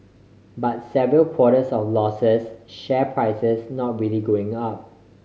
but several quarters of losses share prices not really going up